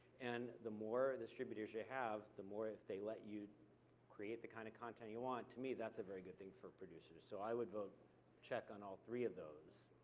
and the more distributors you have, the more they let you create the kind of content you want. to me, that's a very good thing for producers, so i would vote check on all three of those.